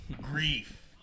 grief